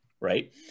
right